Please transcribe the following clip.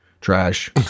trash